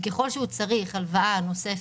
וככל שהוא צריך הלוואה נוספת,